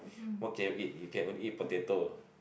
what can you eat you can only eat potato